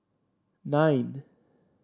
nine